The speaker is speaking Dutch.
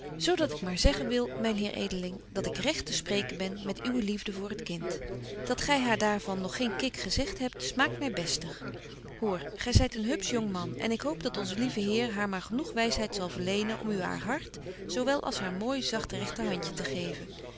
dat ik maar zeggen wil myn heer edeling dat ik regt te spreken ben met uwe liefde voor het kind dat gy haar daar van nog geen kik gezegt hebt smaakt my bestig hoor gy zyt een hupsch jongman en ik hoop dat onze lieve heer haar maar genoeg wysheid zal verlenen om u haar hart zo wel als haar mooi zagt regtehandje te geven